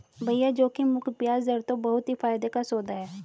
भैया जोखिम मुक्त बयाज दर तो बहुत ही फायदे का सौदा है